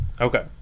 Okay